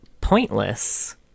Pointless